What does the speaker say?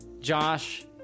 Josh